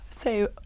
say